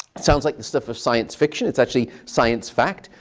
it sounds like the stuff of science fiction. it's actually science fact.